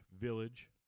village